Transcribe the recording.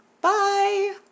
Bye